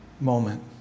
moment